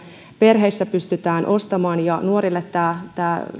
perheissä pystytään ostamaan ja nuorille tämä tämä